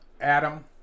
Adam